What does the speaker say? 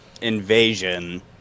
invasion